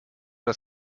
das